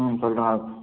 ம் சொல்கிறேன்